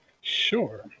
Sure